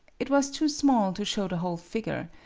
it was too small to show the whole figure,